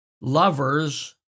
lovers